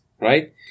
right